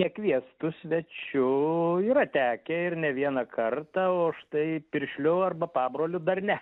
nekviestu svečiu yra tekę ir ne vieną kartą o štai piršliu arba pabroliu dar ne